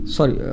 Sorry